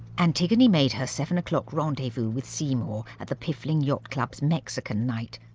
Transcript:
antigone made her seven o'clock rendezvous with seymour at the piffling yacht club's mexican night.